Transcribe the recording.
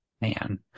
Man